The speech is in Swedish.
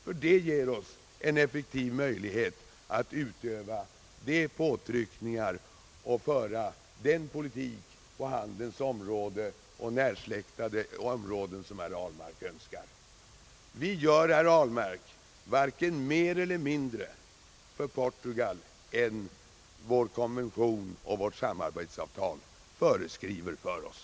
Det skulle ge oss en effektiv möjlighet att utöva de påtryckningar och föra den politik på handelns område och närbesläktade områden som herr Ahlmark önskar. Vi gör, herr Ahlmark, varken mer eller mindre för Portugal än vår konvention och vårt samarbetsavtal föreskriver för oss.